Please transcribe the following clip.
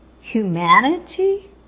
humanity